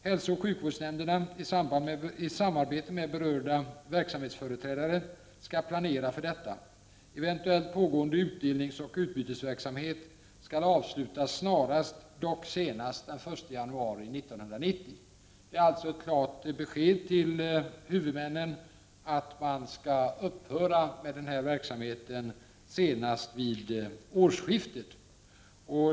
Hälsooch sjukvårdsnämnderna, i samarbete med berörda verksamhetsföreträdare, skall planera för detta. Eventuell pågående utdelnings-/utbytesverksamhet skall avslutas snarast, dock senast den 1 januari 1990.” Det är alltså ett klart besked till huvudmännen att man skall upphöra med denna verksamhet senast vid årsskiftet.